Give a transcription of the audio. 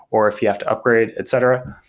or if you have to upgrade, etc.